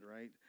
right